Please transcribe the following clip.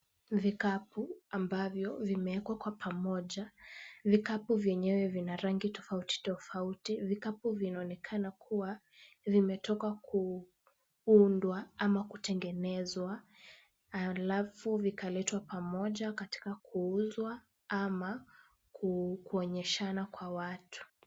Vikapu ambavyo vimewekwa kwa pamoja. Vikapu vyenyewe vina rangi tofauti tofauti. Vikapu vinaonekana kuwa vimetoka kuundwa ama kutengenezwa, alafu vikaletwa pamoja katika kuuzwa ama kuonyeshana kwa watu.